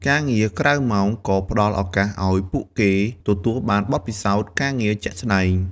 ការងារក្រៅម៉ោងក៏ផ្ដល់ឱកាសឱ្យពួកគេទទួលបានបទពិសោធន៍ការងារជាក់ស្ដែង។